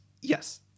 Yes